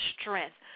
strength